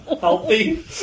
healthy